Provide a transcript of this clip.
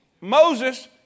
Moses